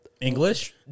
English